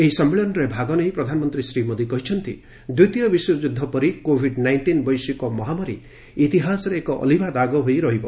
ଏହି ସମ୍ମିଳନୀରେ ଭାଗ ନେଇ ପ୍ରଧାନମନ୍ତ୍ରୀ ଶ୍ରୀ ମୋଦୀ କହିଛନ୍ତି ଦ୍ୱିତୀୟ ବିଶ୍ୱଯୁଦ୍ଧ ପରି କୋଭିଡ୍ ନାଇଷ୍ଟିନ୍ ବୈଶ୍ୱିକ ମହାମାରୀ ଇତିହାସରେ ଏକ ଅଲିଭା ଦାଗ ହୋଇ ରହିବ